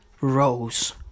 Rose